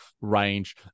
range